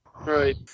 Right